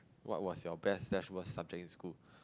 what was your best slash worst subject in school